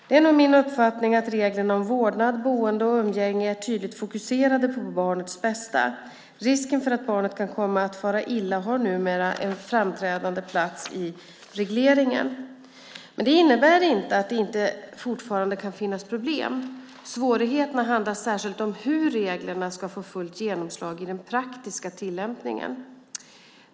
Det är min uppfattning att reglerna om vårdnad, boende och umgänge är tydligt fokuserade på barnets bästa. Risken för att barnet kan komma att fara illa har numera en framträdande plats i regleringen. Det innebär inte att det inte fortfarande kan finnas problem. Svårigheterna handlar särskilt om hur reglerna ska få fullt genomslag i den praktiska tillämpningen.